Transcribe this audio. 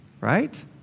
Right